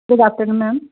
good afternoon ma'am